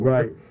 Right